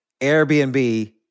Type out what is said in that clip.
Airbnb